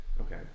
Okay